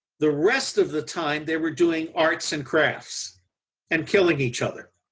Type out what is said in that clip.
the rest of the time they were doing arts and crafts and killing each other.